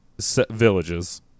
villages